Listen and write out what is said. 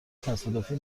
تصادفی